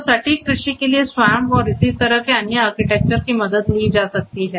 तो सटीक कृषि के लिए SWAMP और इसी तरह के अन्य आर्किटेक्चर की मदद ली जा सकती है